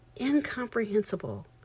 incomprehensible